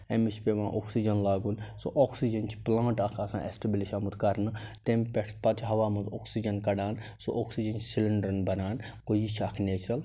أمِس چھُ پٮ۪وان اوٚکسیٖجن لاگُن سُہ اوٚکسیٖجن چھِ پٕلانٛٹ اَکھ آسان اٮ۪سٹِبلِش آمُت کَرنہٕ تَمہِ پٮ۪ٹھ پتہٕ چھُ ہوا منٛزا اوٚکسیٖجن کَڑان سُہ اوٚکسیٖجن چھِ سِلٮ۪نٛڈرَن بَران گوٚو یہِ چھِ اَکھ نیچرل